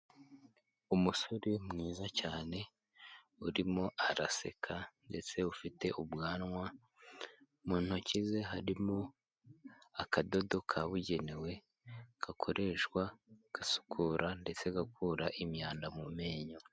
Umusore mwiza cyane urimo araseka ndetse ufite ubwanwa, mu ntoki ze harimo akadodo kabugenewe gakoreshwa gasukura ndetse gakura imyanda mu menyo.